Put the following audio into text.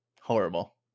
Horrible